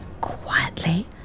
quietly